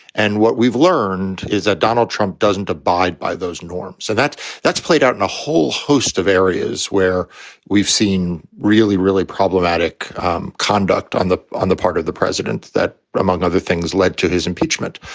and what we've learned is that donald trump doesn't abide by those norms. so that's that's played out in a whole host of areas where we've seen really, really problematic um conduct on the on the part of the president that, among other things, led to his impeachment.